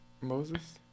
Moses